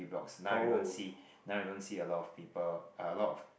he blocks now you don't see now you don't see a lot of people a lot of